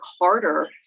harder